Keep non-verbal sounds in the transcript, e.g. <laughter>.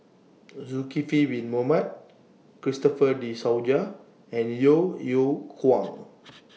Zulkifli Bin Mohamed Christopher De <unintelligible> and Yeo Yeow Kwang